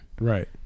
right